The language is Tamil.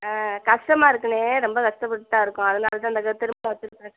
ஆ கஷ்டமா இருக்குதுண்ணே ரொம்ப கஷ்டப்பட்டுட்டுத் தான் இருக்கோம் அதனால் தான் இந்த திருமணம் வெச்சிருக்கோம்